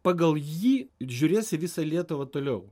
pagal jį ir žiūrės į visą lietuvą toliau